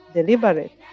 deliberate